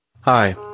Hi